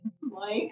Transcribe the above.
Mike